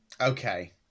Okay